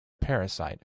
parasite